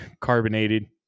Carbonated